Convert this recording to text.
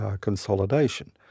consolidation